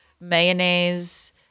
mayonnaise